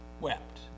wept